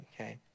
okay